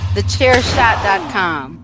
TheChairShot.com